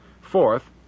Fourth